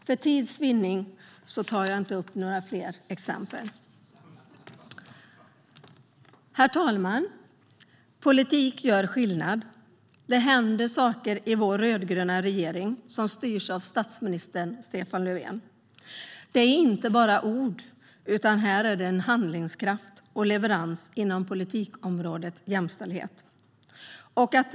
För tids vinnande tar jag inte upp fler exempel. Herr talman! Politik gör skillnad. Det händer saker i vår rödgröna regering, som styrs av statsminister Stefan Löfven. Det är inte bara ord, utan här handlar det om handlingskraft och leverans inom politikområdet jämställdhet.